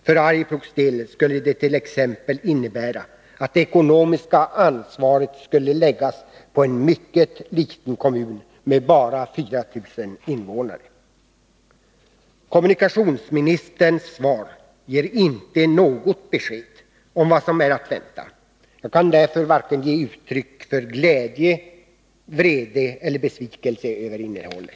För Arjeplogs del skulle dett ex innebära att det ekonomiska ansvaret skulle läggas på en mycket liten kommun, med bara 4 000 invånare.” Kommunikationsministerns svar ger inte något besked om vad som är att vänta. Jag kan därför inte ge uttryck för vare sig glädje, vrede eller besvikelse över innehållet.